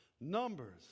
Numbers